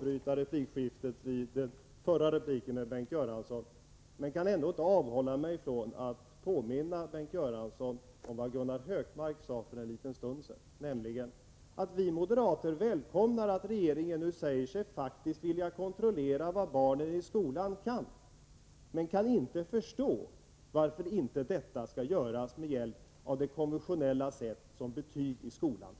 Radio Stockholm har inställt sändningar på invandrarspråk, enligt uppgift efter påtryckningar från Riksradion. Detta har lett till en kraftigt försämrad programservice för de stora invandrargrupper som finns i Stockholmsregionen. Är regeringen beredd att ta initiativ till att förhindra att intressemotsättningar mellan radiobolagen går ut över invandrarnas